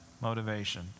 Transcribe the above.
motivation